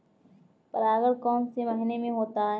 परागण कौन से महीने में होता है?